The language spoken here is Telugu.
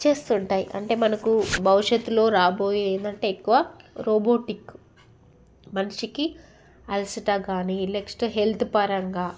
చేస్తుంటాయి అంటే మనకు భవిష్యత్తులో రాబోయే ఏంటంటే ఎక్కువ రోబోటిక్ మనిషికి అలసట కానీ నెక్స్ట్ హెల్త్ పరంగా